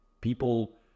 people